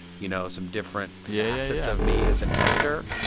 you know, some different yeah facets of me as an actor.